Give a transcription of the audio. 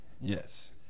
yes